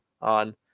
on